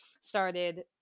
started